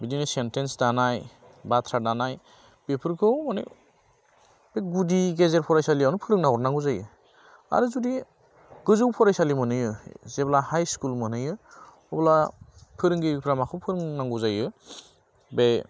बिदिनो सेन्टेन्स दानाय बाथ्रा दानाय बेफोरखौ माने बे गुदि गेजेर फरायसालिआवनो फोरोंना हरनांगौ जायो आरो जुदि गोजौ फरायसालि मोनहैयो जेब्ला हाइ स्कुल मोनहैयो अब्ला फोरोंगिरिफोरा माखौ फोरोंनांगौ जायो बे